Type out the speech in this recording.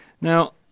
Now